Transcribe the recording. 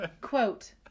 quote